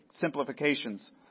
simplifications